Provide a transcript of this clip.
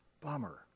bummer